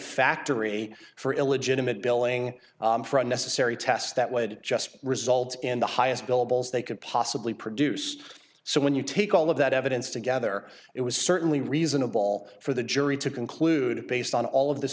factory for illegitimate billing for unnecessary tests that would just result in the highest bill bulls they could possibly produce so when you take all of that evidence together it was certainly reasonable for the jury to conclude based on all of the